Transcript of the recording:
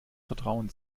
vertrauen